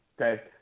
Okay